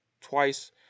twice